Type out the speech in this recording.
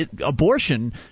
abortion